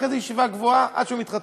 ואחרי זה ישיבה גבוהה עד שהוא מתחתן.